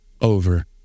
over